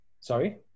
Sorry